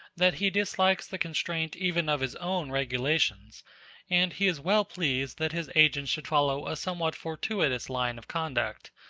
that he dislikes the constraint even of his own regulations and he is well pleased that his agents should follow a somewhat fortuitous line of conduct,